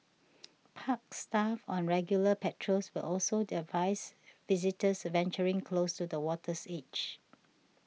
park staff on regular patrols will also advise visitors venturing close to the water's edge